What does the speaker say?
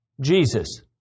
Jesus